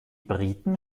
briten